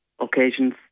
occasions